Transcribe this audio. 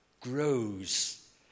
grows